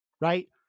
right